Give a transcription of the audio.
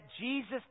Jesus